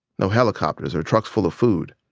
no helicopters or trucks full of food.